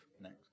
next